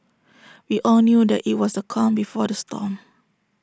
we all knew that IT was the calm before the storm